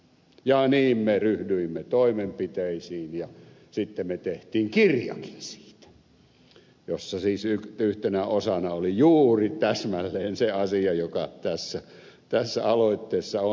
ja niin me ryhdyimme toimenpiteisiin ja sitten me teimme kirjankin siitä jossa siis yhtenä osana oli juuri täsmälleen se asia joka tässä aloitteessa on